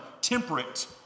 temperate